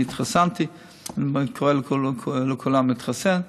אני התחסנתי, ואני קורא לכולם להתחסן.